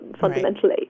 fundamentally